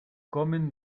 comen